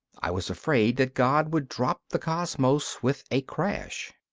i was afraid that god would drop the cosmos with a crash.